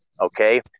okay